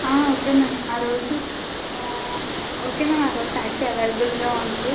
okay ma'am ఆరోజు okay ma'am taxi ఏవేలబుల్గా ఉంది